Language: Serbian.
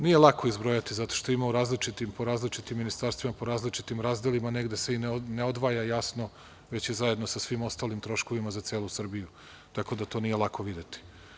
Nije lako izbrojati zato što ima po različitim ministarstvima, po različitim razdelima, negde se ne odvaja jasno, već je zajedno sa svim ostalim troškovima za celu Srbiju, tako da to nije lako videti.